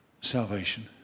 salvation